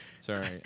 Sorry